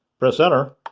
press enter,